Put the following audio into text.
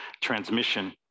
transmission